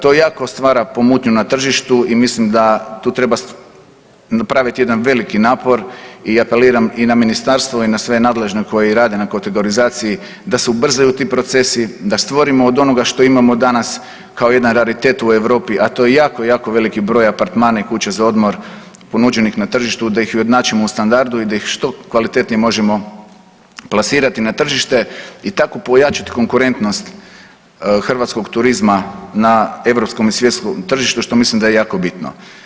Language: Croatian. To jako stvara pomutnju na tržištu i mislim da tu treba napravit jedan veliki napor i apeliram i na ministarstvo i na sve nadležne koji rade na kategorizaciji da se ubrzaju ti procesi, da stvorimo od onoga što imamo danas kao jedan … [[Govornik se ne razumije]] u Europi, a to je jako, jako veliki broj apartmana i kuća za odmor ponuđenih na tržištu da ih ujednačimo u standardu i da ih što kvalitetnije možemo plasirati na tržište i tako pojačati konkurentnost hrvatskog turizma na europskom i svjetskom tržištu, što mislim da je jako bitno.